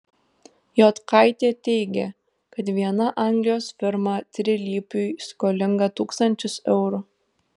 jotkaitė teigė kad viena anglijos firma trilypiui skolinga tūkstančius eurų